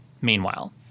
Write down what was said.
meanwhile